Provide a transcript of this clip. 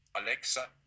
Alexa